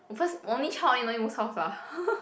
or first only child only no need move house lah